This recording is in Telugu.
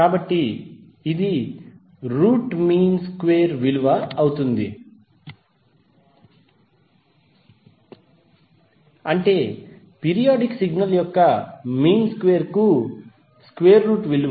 కాబట్టి ఇది రూట్ మీన్ స్క్వేర్ విలువ అవుతుంది అంటే పీరియాడిక్ సిగ్నల్ యొక్క మీన్ స్క్వేర్ కు స్క్వేర్ రూట్ విలువ